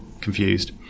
confused